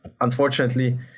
unfortunately